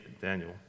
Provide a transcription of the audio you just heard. Daniel